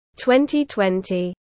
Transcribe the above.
2020